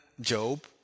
Job